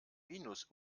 minus